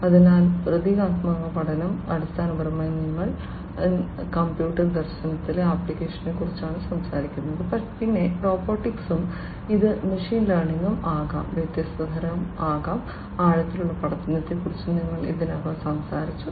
അതിനാൽ പ്രതീകാത്മക പഠനം അടിസ്ഥാനപരമായി ഞങ്ങൾ കമ്പ്യൂട്ടർ ദർശനത്തിലെ ആപ്ലിക്കേഷനുകളെക്കുറിച്ചാണ് സംസാരിക്കുന്നത് പിന്നെ റോബോട്ടിക്സും ഇത് മെഷീൻ ലേണിംഗും ആകാം വ്യത്യസ്ത തരം ആകാം ആഴത്തിലുള്ള പഠനത്തെക്കുറിച്ച് ഞങ്ങൾ ഇതിനകം സംസാരിച്ചു